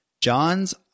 Johns